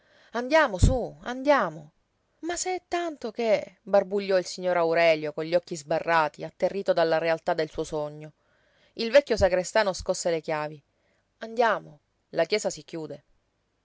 andiamo sú andiamo ma se è tanto che barbugliò il signor aurelio con gli occhi sbarrati atterrito dalla realtà del suo sogno il vecchio sagrestano scosse le chiavi andiamo la chiesa si chiude